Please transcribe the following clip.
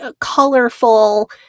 colorful